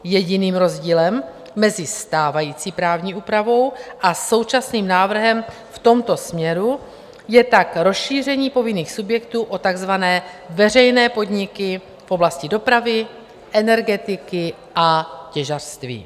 Jediným rozdílem mezi stávající úpravou a současným návrhem v tomto směru je tak rozšíření povinných subjektů o takzvané veřejné podniky v oblasti dopravy, energetiky a těžařství.